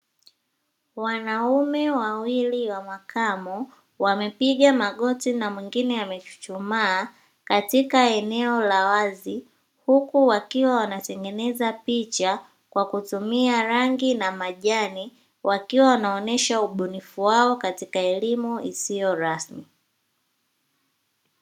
Wanaume wawili wa makamu wamepiga magoti na mwingine amechuchumaa katika eneo la wazi, huku wakiwa wanatengeneza picha kwa kutumia rangi na majani. Wakiwa wanaonyesha ubunifu wao katika elimu isiyo rasmi.